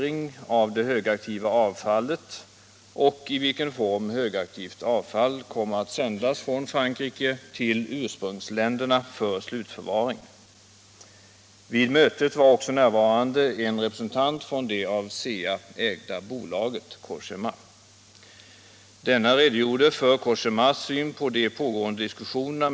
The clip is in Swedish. Jag anser det emellertid vara min skyldighet att informera mig om konkreta förhållanden rörande upparbetning av använt kärnbränsle och hantering av radioaktivt avfall.